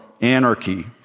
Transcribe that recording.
anarchy